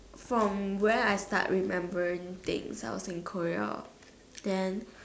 from where I start remembering things I was in Korea then